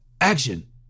Action